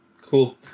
cool